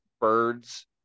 birds